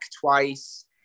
twice